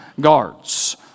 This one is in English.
guards